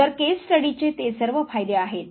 तर केस स्टडीचे ते सर्व फायदे आहेत